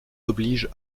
oblige